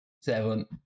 Seven